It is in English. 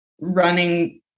running